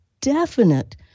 definite